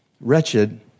Wretched